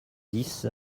dix